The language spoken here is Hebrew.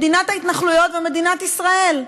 מדינת ההתנחלויות ומדינת ישראל.